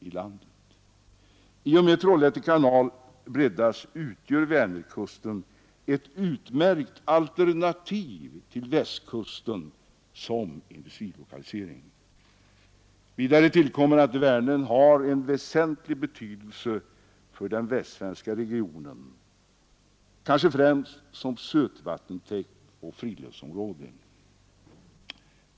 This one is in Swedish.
I och med att Trollhätte kanal räddas utgör Vänerkusten ett utmärkt alternativ till Västkusten när det gäller industrilokalisering. Härtill kommer att Vänern har väsentlig betydelse för den västsvenska regionen, kanske främst som sötvattentäkt och friluftsområde.